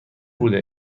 بوده